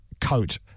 coat